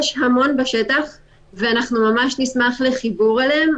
יש המון בשטח ואנחנו ממש נשמח לחיבור אליהם.